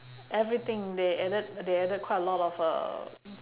everything they added they added quite a lot of uh